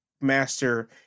master